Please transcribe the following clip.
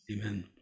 amen